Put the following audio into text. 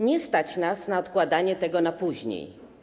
Nie stać nas na odkładanie tego na później.